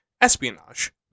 espionage